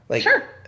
Sure